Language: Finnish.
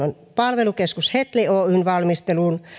palvelukeskus hetli oyn valmisteluun